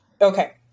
Okay